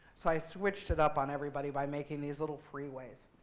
so i switched it up on everybody by making these little freeways.